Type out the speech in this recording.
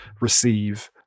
receive